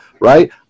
Right